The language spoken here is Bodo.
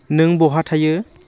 नों बहा थायो